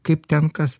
kaip ten kas